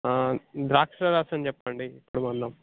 ద్రాక్ష రసం చెప్పండి ఇప్పుడు ముందు